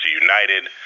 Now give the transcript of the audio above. United